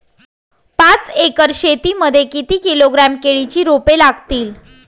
पाच एकर शेती मध्ये किती किलोग्रॅम केळीची रोपे लागतील?